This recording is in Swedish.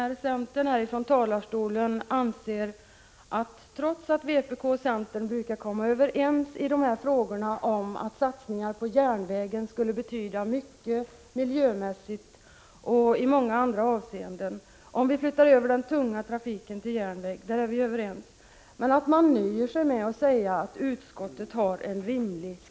Trots att centerns företrädare här från talarstolen säger sig anse att vpk och centern är överens i de här frågorna, att satsningar på järnvägen skulle betyda mycket miljömässigt och att det i många andra avseenden skulle vara bra om vi flyttade över den tunga trafiken till järnväg, så nöjer sig nu Rune Thorén med att säga att utskottet har en rimlig skrivning.